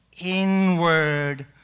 inward